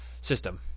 system